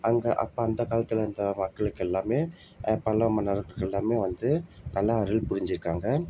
அங்கே அப்போ அந்த காலத்தில் இருந்த மக்களுக்கு எல்லாமே பல்லவ மன்னவர்கள் எல்லாமே வந்து நல்லா அருள் புரிஞ்சிருக்காங்க